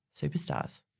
superstars